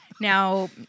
now